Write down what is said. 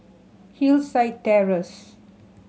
Hillside Terrace